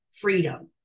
freedom